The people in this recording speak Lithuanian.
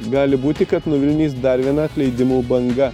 gali būti kad nuvilnys dar viena atleidimų banga